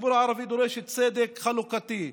הציבור הערבי דורש צדק חלוקתי.